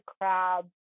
crab